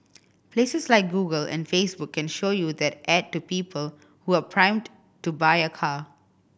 places like Google and Facebook can show you that ad to people who are primed to buy a car